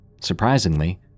Surprisingly